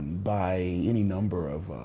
by any number of,